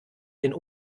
den